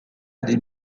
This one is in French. des